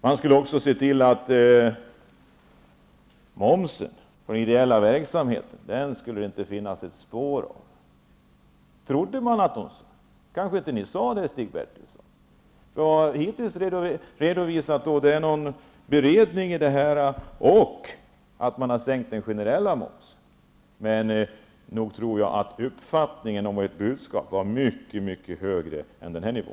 De skulle också se till att det inte skulle finnas ett spår av momsen på den ideella verksamheten. Man trodde att de sade det. Men ni sade kanske inte det, Stig Bertilsson. Vad ni hittills åstadkommit av detta är en beredning och att ni har sänkt den generella momsen. Men jag tror att uppfattningen av ert budskap var att nivån var mycket högre än så.